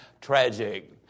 tragic